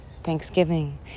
thanksgiving